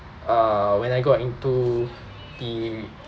err when I got into the